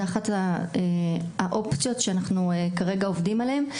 זו אחת האופציות שאנחנו כרגע עובדים עליהן,